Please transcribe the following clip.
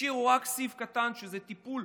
השאירו רק סעיף קטן, שזה טיפול